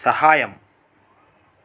సహాయం